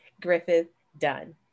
Griffith-Dunn